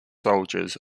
soldiers